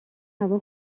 هوا